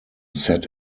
set